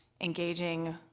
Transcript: engaging